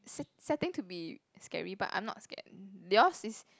set setting to be scary but I'm not scared yours is